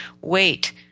Wait